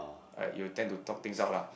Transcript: like you will tend to talk things out lah